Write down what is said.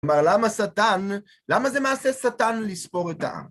כלומר, למה זה מעשה שטן לספור את ה...?